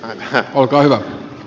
ruokaa